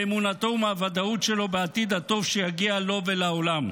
מאמונתו ומהוודאות שלו בעתיד הטוב שיגיע לו ולעולם.